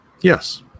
Yes